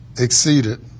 exceeded